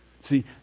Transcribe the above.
See